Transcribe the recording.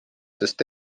sest